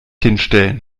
hinstellen